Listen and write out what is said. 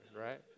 right